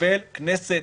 נקבל כנסת